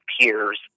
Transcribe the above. peers